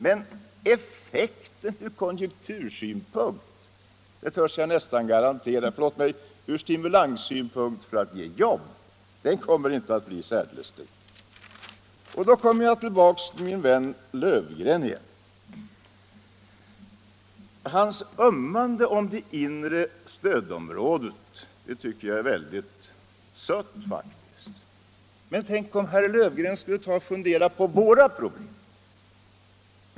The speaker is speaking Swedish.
Men effekten ur stimulanssynpunkt för att ge jobb kommer inte att bli särdeles stor, det törs jag nästan garantera. Då kommer jag tillbaka till min vän Löfgren igen. Hans ömmande om det inre stödområdet tycker jag är väldigt sött faktiskt, men tänk om herr Löfgren skulle ta och fundera på vår egen hemtrakts problem.